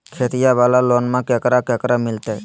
खेतिया वाला लोनमा केकरा केकरा मिलते?